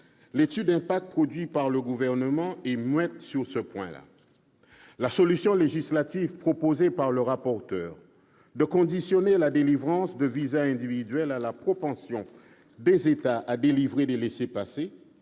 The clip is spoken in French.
L'étude d'impact produite par le Gouvernement est muette sur ce point-là. La solution législative proposée par le rapporteur, consistant à conditionner la délivrance de visas individuels à la propension des États à délivrer des laissez-passer,